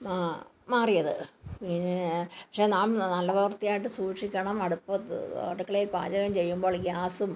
മ മാറിയത് പിന്നെ പക്ഷേ നാം നല്ല വൃത്തിയായിട്ട് സൂക്ഷിക്കണം അടുപ്പത്ത് അടുക്കളയിൽ പാചകം ചെയ്യുമ്പോൾ ഗ്യാസും